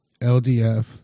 LDF